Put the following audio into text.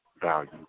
value